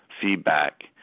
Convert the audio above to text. feedback